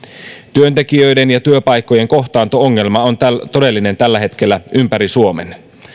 työntekijöiden ja työpaikkojen kohtaanto ongelma on todellinen tällä hetkellä ympäri suomen